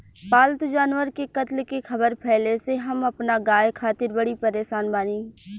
पाल्तु जानवर के कत्ल के ख़बर फैले से हम अपना गाय खातिर बड़ी परेशान बानी